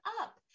up